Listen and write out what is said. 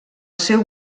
seu